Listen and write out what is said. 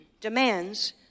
demands